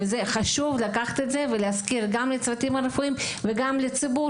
חשוב להזכיר לציבור